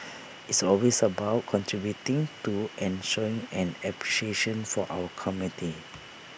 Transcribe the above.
it's always about contributing to and showing an appreciation for our community